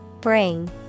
Bring